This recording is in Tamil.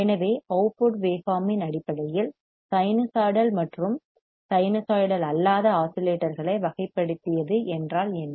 எனவே அவுட்புட் வேவ் பார்ம் இன் அடிப்படையில் சைனூசாய்டல் மற்றும் சைனூசாய்டல் அல்லாத ஆஸிலேட்டர்களை வகைப்படுத்தியது என்றால் என்ன